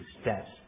steps